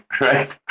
right